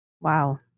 Wow